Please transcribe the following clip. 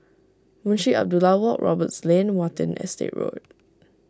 Munshi Abdullah Walk Roberts Lane Watten Estate Road